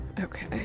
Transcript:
Okay